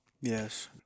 Yes